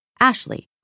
Ashley